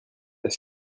est